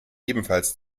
ebenfalls